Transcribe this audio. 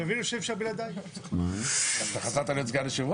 לדעתי זה מיותר כי זה בנמצא,